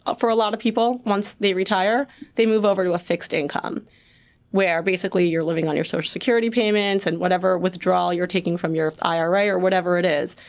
ah for a lot of people, once they retire they move over to a fixed income where basically you're living on your social security payments and whatever withdrawal you're taking from your ira or whatever it is.